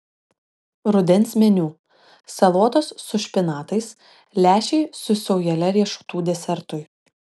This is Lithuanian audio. rudens meniu salotos su špinatais lęšiai su saujele riešutų desertui